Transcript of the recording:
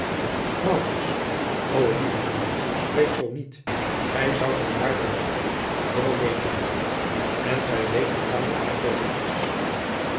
lieve moeder spreek zoo niet gij zoudt mij daardoor het hart wel week maken en gij weet hoe vader daar tegen is